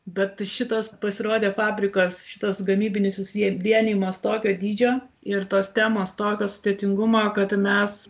bet šitas pasirodė fabrikas šitas gamybinis susivienijimas tokio dydžio ir tos temos tokio sudėtingumo kad mes